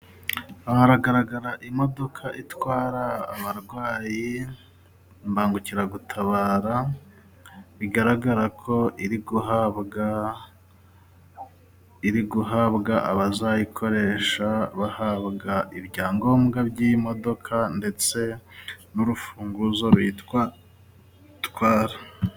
Aha haragaragara imodoka itwara abarwayi imbangukiragutabara, bigaragarako iri guhabwa iri guhabwa abazayikoresha, bahabwa ibyangombwa by'imodoka ndetse n'urufunguzo ruyitwa twara.